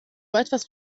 etwas